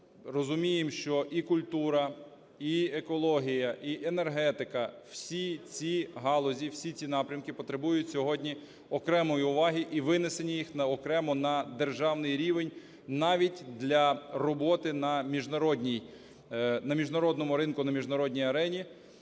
розуміємо, що і культура, і екологія, і енергетика – всі ці галузі, всі ці напрямки потребують сьогодні окремої уваги і винесення їх окремо на державний рівень навіть для роботи на міжнародній… на міжнародному ринку, на міжнародній арені.